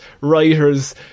writers